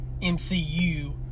MCU